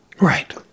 Right